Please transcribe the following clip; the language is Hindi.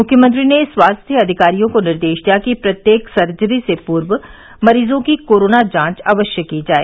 मुख्यमंत्री ने स्वास्थ्य अधिकारियों को निर्देश दिया कि प्रत्येक सर्जरी से पूर्व मरीजों की कोरोना जांच अवश्य की जाए